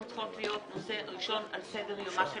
צריכות להיות נושא ראשון על סדר יומה של